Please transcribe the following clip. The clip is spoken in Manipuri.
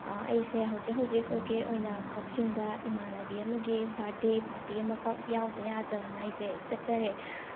ꯑꯩꯁꯦ ꯍꯧꯖꯤꯛ ꯍꯧꯖꯤꯛꯀꯤ ꯑꯣꯏꯅ ꯀꯛꯆꯤꯡꯗ ꯏꯃꯥꯟꯅꯕꯤ ꯑꯃꯒꯤ ꯕꯥꯠꯗꯦ ꯄꯥꯔꯇꯤ ꯑꯃꯈꯛ ꯌꯥꯎꯗ ꯌꯥꯗꯗꯅ ꯑꯩꯁꯦ ꯆꯠꯆꯔꯦ